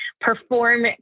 perform